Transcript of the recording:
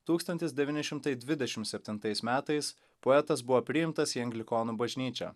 tūkstantis devyni šimtai dvidešim septintais metais poetas buvo priimtas į anglikonų bažnyčią